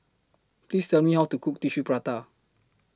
Please Tell Me How to Cook Tissue Prata